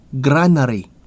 granary